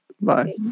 Bye